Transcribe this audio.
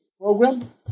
program